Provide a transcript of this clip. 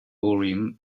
urim